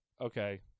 Okay